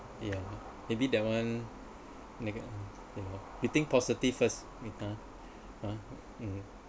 yeah maybe that one we think positive first ah mm